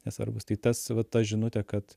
nesvarbūs tai tas va ta žinutė kad